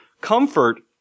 Comfort